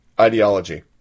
ideology